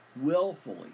willfully